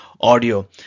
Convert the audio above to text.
audio